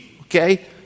okay